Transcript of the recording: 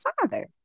Father